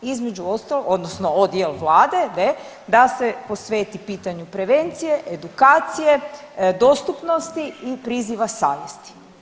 Između ostalog odnosno od jel vlade ne, da se posveti pitanju prevencije, edukacije, dostupnosti i priziva savjesti.